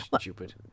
stupid